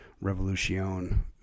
revolution